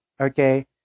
okay